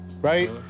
right